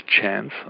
chance